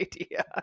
idea